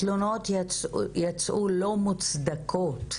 התלונות יצאו לא מוצדקות,